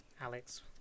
Alex